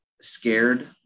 scared